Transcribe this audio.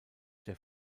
der